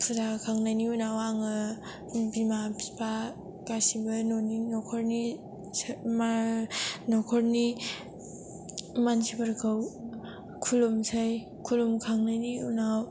फुजा हाोखांनायनि उनाव आङो बिमा बिफा गासिबो न'नि न'खरनि मानसिफोरखौ खुलुमसै खुलुमखांनायनि उनाव